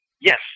Yes